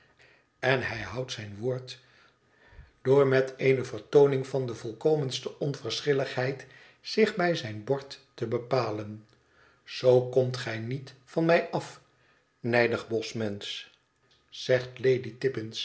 en hij houdt zijn woord door met eene vertooning van de volkomenste onverschilligheid zich bij zijn bord te bepalen z komt gij niet van mij af nijdig boschmensch zegt lady tippins